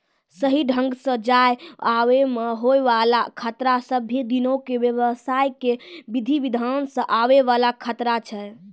सही ढंगो से जाय आवै मे होय बाला खतरा सभ्भे दिनो के व्यवसाय के विधि विधान मे आवै वाला खतरा छै